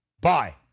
Bye